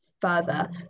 further